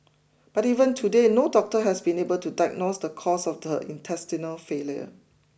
but even today no doctor has been able to diagnose the cause of her intestinal failure